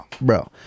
bro